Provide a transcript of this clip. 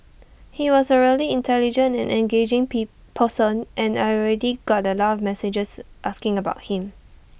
he was A really intelligent and engaging pee person and I already got A lot of messages asking about him